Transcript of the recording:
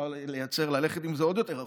אפשר ללכת עם זה עוד יותר רחוק.